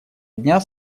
дня